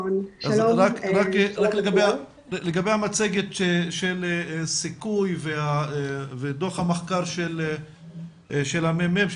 רק לגבי המצגת של "סיכוי" ודו"ח המחקר של הממ"מ,